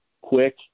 quick